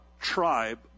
tribe